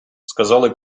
сказали